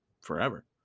forever